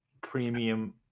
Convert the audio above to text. premium